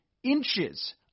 Inches